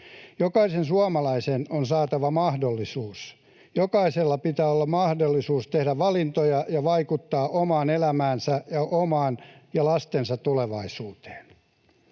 Jokaisen suomalaisen on saatava mahdollisuus. Jokaisella pitää olla mahdollisuus tehdä valintoja ja vaikuttaa omaan elämäänsä ja omaan ja lastensa tulevaisuuteen.